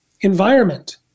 Environment